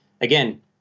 again